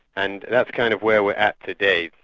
and that's kind of where we're at to date,